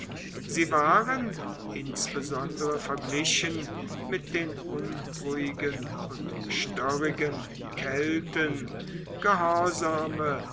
sie waren insbesondere verglichen mit den unruhigen und störrigen